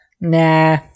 Nah